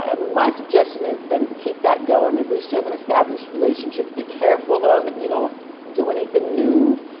ah my suggestion is then keep that going. at least you have an established relationship. be careful, though, that you don't do anything nude,